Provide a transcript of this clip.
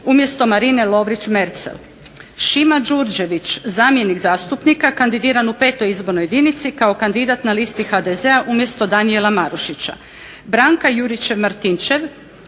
umjesto Marine Lovrić Mercel, Šima Đurđević zamjenik zastupnika kandidiran u 5. izbornoj jedinici kao kandidat na listi HDZ-a umjesto Danijela Marušića, Branka Jurić Martinčev